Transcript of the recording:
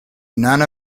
none